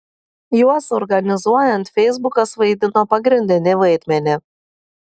juos organizuojant feisbukas vaidino pagrindinį vaidmenį